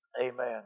amen